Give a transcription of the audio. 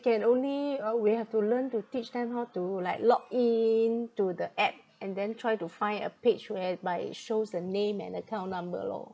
can only uh we have to learn to teach them how to like log in to the app and then try to find a page whereby it shows the name and account number lor